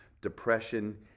depression